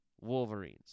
Wolverines